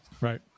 Right